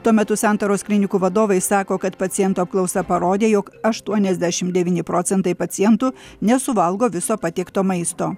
tuo metu santaros klinikų vadovai sako kad pacientų apklausa parodė jog aštuoniasdešim devyni procentai pacientų nesuvalgo viso patiekto maisto